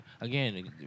again